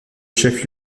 chef